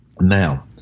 Now